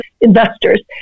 investors